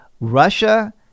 Russia